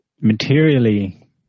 materially